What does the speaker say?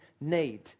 need